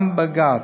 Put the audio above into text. גם בג"ץ,